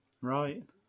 Right